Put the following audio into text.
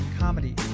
comedy